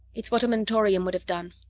it's what a mentorian would have done.